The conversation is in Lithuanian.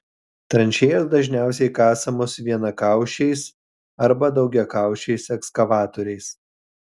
tranšėjos dažniausiai kasamos vienakaušiais arba daugiakaušiais ekskavatoriais